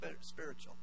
spiritual